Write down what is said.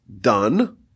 done